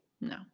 no